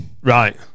Right